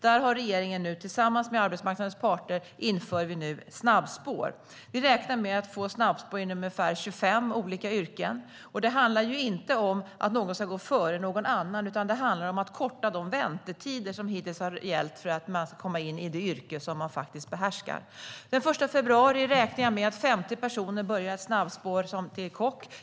Där inför regeringen nu, tillsammans med arbetsmarknadens parter, snabbspår. Vi räknar med att få snabbspår inom ungefär 25 olika yrken. Det handlar inte om att någon ska gå före någon annan, utan det handlar om att korta de väntetider som hittills har gällt för att kunna komma in i det yrke som man faktiskt behärskar. Den 1 februari räknar jag med att 50 personer börjar ett snabbspår till kock.